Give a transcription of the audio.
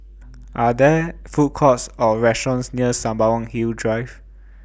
Are There Food Courts Or restaurants near Sembawang Hills Drive